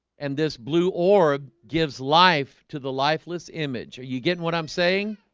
and this blue orb gives life to the lifeless image. are you getting what i'm saying?